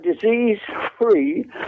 disease-free